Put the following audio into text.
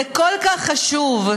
זה כל כך חשוב,